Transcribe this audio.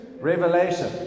Revelation